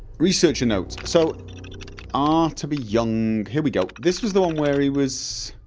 researcher notes so ah, to be young here we go this was the one where he was